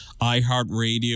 iHeartRadio